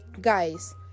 Guys